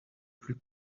plus